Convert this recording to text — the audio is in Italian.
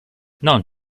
non